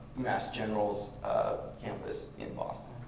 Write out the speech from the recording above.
mass general's campus in boston.